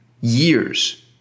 years